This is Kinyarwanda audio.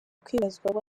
kwibazwaho